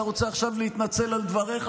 אתה רוצה עכשיו להתנצל על דבריך,